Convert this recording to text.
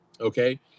Okay